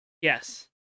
Yes